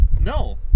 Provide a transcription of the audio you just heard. No